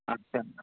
ଆଚ୍ଛା